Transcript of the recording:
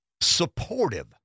supportive